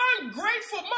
ungrateful